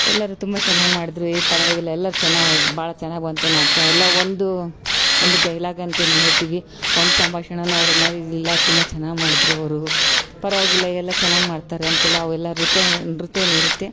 ಎಲ್ಲರು ತುಂಬ ಚೆನ್ನಾಗ್ ಮಾಡಿದರು ಏ ಪರವಾಗಿಲ್ಲ ಎಲ್ಲರು ಚೆನ್ನಾಗವ್ದ್ ಭಾಳ ಚೆನ್ನಾಗ್ ಬಂತು ನಾಟಕ ಇಲ್ಲ ಒಂದು ಒಂದು ಡೈಲಾಗ್ ಅಂತೇನು ಹೇಳ್ತಿವಿ ಒಂದು ಸಂಭಾಷಣೆ ಅವ್ರು ಮರೀಲಿಲ್ಲ ತುಂಬ ಚೆನ್ನಾಗ್ ಮಾಡಿದರು ಅವರು ಪರವಾಗಿಲ್ಲ ಎಲ್ಲ ಚೆನ್ನಾಗ್ ಮಾಡ್ತಾರೆ ಅಂತೇಳಿ ಅವೆಲ್ಲರು ನೃತ್ಯವೇನ್ ನೃತ್ಯ ಏನಿರುತ್ತೆ